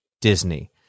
Disney